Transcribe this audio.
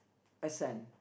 a son